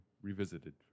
Revisited